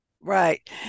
Right